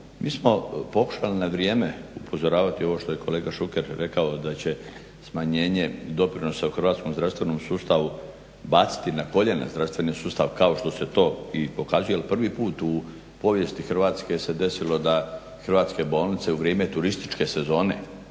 Mi smo pokušali na vrijeme upozoravati ovo što je kolega Šuker rekao da će smanjenje doprinosa u hrvatskom zdravstvenom sustavu baciti na koljena zdravstveni sustav kao što se to i pokazuje. Jer prvi put u povijesti Hrvatske se desilo da hrvatske bolnice u vrijeme turističke sezone